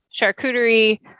charcuterie